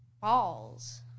balls